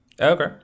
Okay